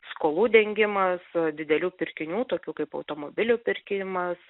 skolų dengimas didelių pirkinių tokių kaip automobilių pirkimas